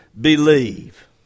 believe